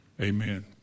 Amen